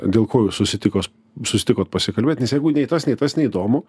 dėl ko jūs susitikot susitikot pasikalbėt nes jeigu nei tas nei tas neįdomu